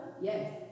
Yes